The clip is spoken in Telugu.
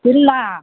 ఇల్లా